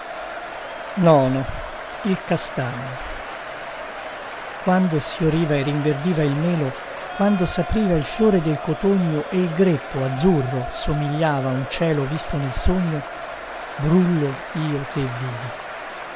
vïola a francesco pellegrini quando sfioriva e rinverdiva il melo quando sapriva il fiore del cotogno il greppo azzurro somigliava un cielo visto nel sogno brullo io te vidi